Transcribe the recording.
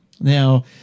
now